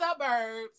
suburbs